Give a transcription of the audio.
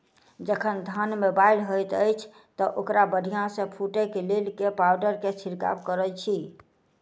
जखन धान मे बाली हएत अछि तऽ ओकरा बढ़िया सँ फूटै केँ लेल केँ पावडर केँ छिरकाव करऽ छी?